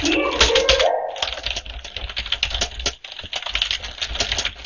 केह् आक्खा नै तुस